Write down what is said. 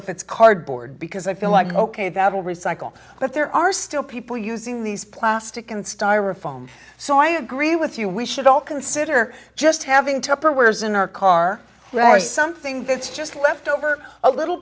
if it's cardboard because i feel like ok that'll recycle but there are still people using these plastic and styrofoam so i agree with you we should all consider just having tupperware is in our car where something that's just left over a little